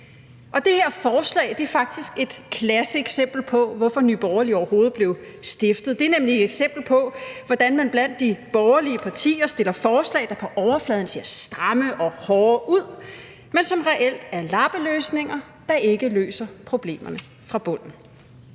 Og det her forslag er faktisk et klasseeksempel på, hvorfor Nye Borgerlige overhovedet blev stiftet. Det er nemlig et eksempel på, hvordan man blandt de borgerlige partier fremsætter forslag, der på overfladen ser stramme og hårde ud, men som reelt er lappeløsninger, der ikke løser problemerne fra bunden.